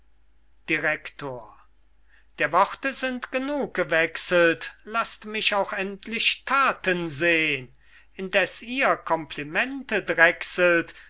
director der worte sind genug gewechselt laßt mich auch endlich thaten sehn indeß ihr complimente